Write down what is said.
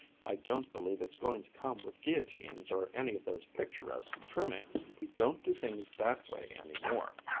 i don't believe it's going to come with guillotines or any of those picturesque trimmings. we don't do things that way any more.